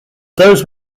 those